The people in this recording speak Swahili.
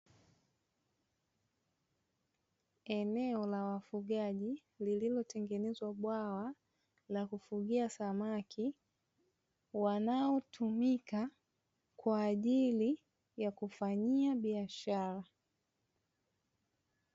Eneo la wafugaji lililotengenezwa bwawa la kufugia samaki wanaotumika kwa ajili ya kufanyia biashara.